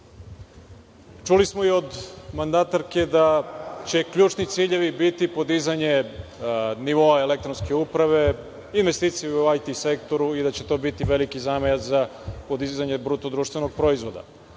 smo od mandatarke da će ključni ciljevi biti podizanje nivoa elektronske uprave, investicije u IT sektoru i da će to biti veliki zamajac za podizanje BDP. Danas vidimo